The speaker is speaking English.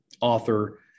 author